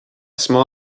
small